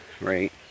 right